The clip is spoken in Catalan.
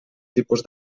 tipus